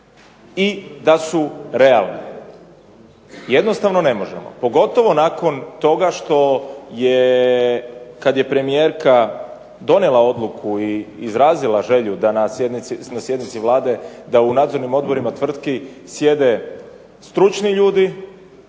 i da su realne. Jednostavno ne možemo, pogotovo nakon toga što je kada je premijerka donijela odluku i izrazila želju da na sjednici Vlade da u nadzornim odborima tvrtki sjede stručni ljudi,